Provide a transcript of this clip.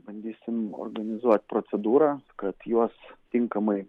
bandysim organizuot procedūrą kad juos tinkamai